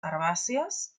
herbàcies